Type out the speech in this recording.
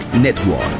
Network